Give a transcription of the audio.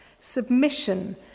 Submission